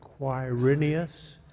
Quirinius